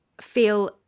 feel